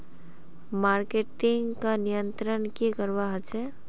Marketing का नियंत्रण की करवा होचे?